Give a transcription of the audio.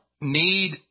need